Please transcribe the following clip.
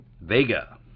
Vega